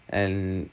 and